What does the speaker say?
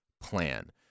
plan